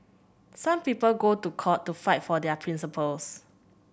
some people go to court to fight for their principles